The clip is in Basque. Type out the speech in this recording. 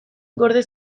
gorde